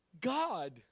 God